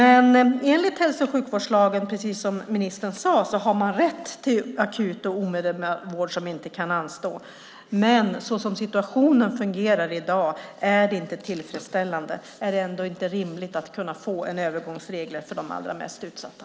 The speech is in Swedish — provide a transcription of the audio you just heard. Enligt hälso och sjukvårdslagen, precis som ministern sade, har man rätt till akut och omedelbar vård som inte kan anstå. Men så som det fungerar i dag är situationen inte tillfredsställande. Är det inte rimligt att kunna få övergångsregler för de allra mest utsatta?